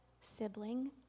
sibling